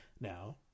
Now